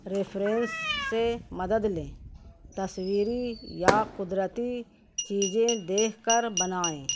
reference سے مدد لیں تصویری یا قدرتی چیزیں دیکھ کر بنائیں